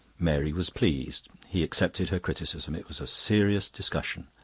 mary was pleased he accepted her criticism it was a serious discussion.